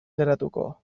geratuko